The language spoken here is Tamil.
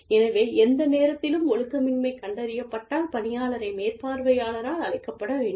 எனவே எந்த நேரத்திலும் ஒழுக்கமின்மை கண்டறியப்பட்டால் பணியாளரை மேற்பார்வையாளரால் அழைக்கப்பட வேண்டும்